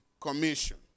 Commission